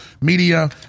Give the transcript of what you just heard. Media